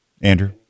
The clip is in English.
Andrew